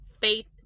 Faith